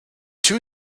two